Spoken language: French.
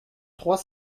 trois